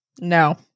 No